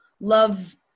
love